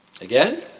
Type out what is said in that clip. Again